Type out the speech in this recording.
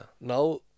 Now